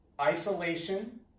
isolation